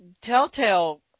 telltale